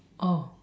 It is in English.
oh